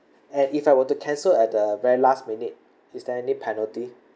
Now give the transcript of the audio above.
and if I were to cancel at the very last minute is there any penalty